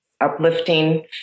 uplifting